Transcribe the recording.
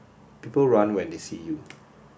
people run when they see you